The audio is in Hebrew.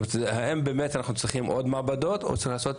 האם אנחנו צריכים עוד מעבדות או שצריך לעשות